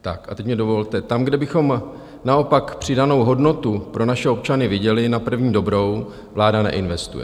A teď mi dovolte, tam, kde bychom naopak přidanou hodnotu pro naše občany viděli na první dobrou, vláda neinvestuje.